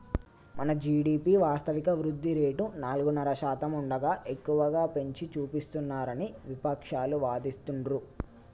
మన జీ.డి.పి వాస్తవిక వృద్ధి రేటు నాలుగున్నర శాతం ఉండగా ఎక్కువగా పెంచి చూపిస్తున్నారని విపక్షాలు వాదిస్తుండ్రు